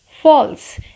False